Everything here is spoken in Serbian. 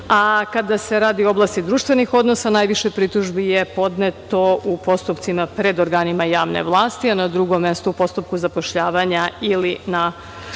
Kada se radi o oblasti društvenih odnosa, najviše pritužbi je podneto u postupcima pred organima javne vlasti, a na drugom mestu u postupku zapošljavanja ili na